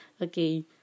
Okay